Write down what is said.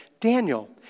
Daniel